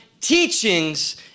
teachings